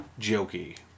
jokey